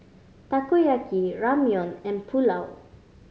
Takoyaki Ramyeon and Pulao